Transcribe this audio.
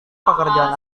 pekerjaan